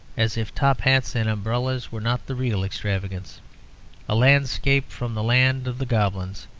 as if top-hats and umbrellas were not the real extravagance a landscape from the land of the goblins.